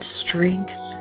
strength